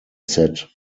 set